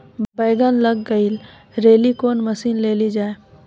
बैंगन लग गई रैली कौन मसीन ले लो जाए?